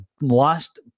last